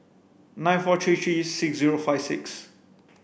nine four three three six zero five six